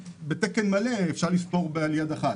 בתקן מלא אפשר לספור על יד אחת.